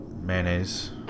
mayonnaise